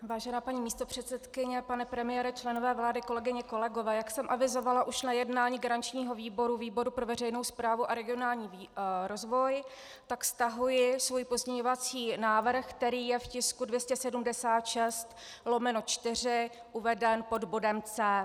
Vážená paní místopředsedkyně, pane premiére, členové vlády, kolegyně, kolegové, jak jsem avizovala už na jednání garančního výboru, výboru pro veřejnou správu a regionální rozvoj, stahuji svůj pozměňovací návrh, který je v tisku 276/4 uveden pod bodem C.